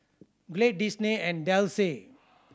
Glade Disney and Delsey